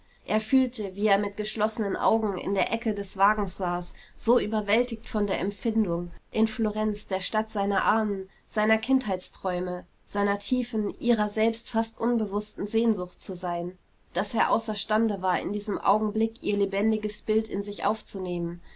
er fühlte wie er mit geschlossenen augen in der ecke des wagens saß so überwältigt von der empfindung in florenz der stadt seiner ahnen seiner kindheitsträume seiner tiefen ihrer selbst fast unbewußten sehnsucht zu sein daß er außerstande war in diesem augenblick ihr lebendiges bild in sich aufzunehmen